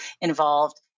involved